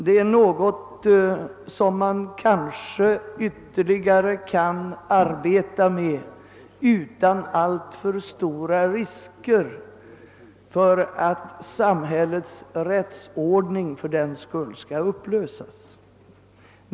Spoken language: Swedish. Det är något som man kanske kan arbeta ytterligare med utan alltför stora risker för att samhällets rättsordning fördenskull skall upplösas.